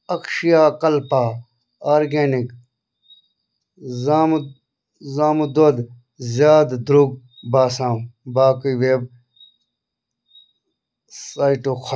Akshaya Kalpa organic زامہٕ دۄد زامہٕ دۄد زیادٕ درٛوگ باسان باقٕے ویبسایٹو کھۄتہٕ